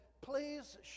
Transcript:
Please